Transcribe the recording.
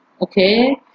Okay